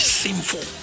sinful